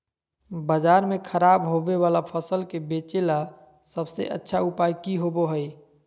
बाजार में खराब होबे वाला फसल के बेचे ला सबसे अच्छा उपाय की होबो हइ?